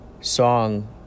song